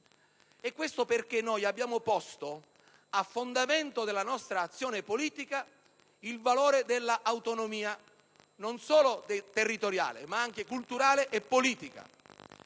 Questo perché noi abbiamo posto a fondamento della nostra azione politica il valore dell'autonomia, non solo territoriale ma anche culturale e politica,